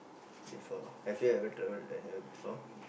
before have you ever travel before